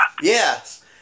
Yes